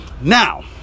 now